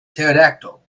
pterodactyl